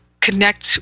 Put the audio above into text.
connect